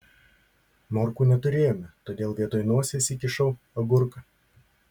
morkų neturėjome todėl vietoj nosies įkišau agurką